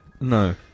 No